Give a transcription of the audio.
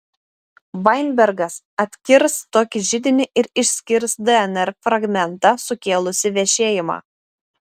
vainbergas atskirs tokį židinį ir išskirs dnr fragmentą sukėlusį vešėjimą